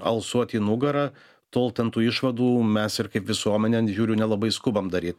alsuot į nugarą tol ten tų išvadų mes ir kaip visuomenė žiūriu nelabai skubam daryt